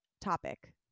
topic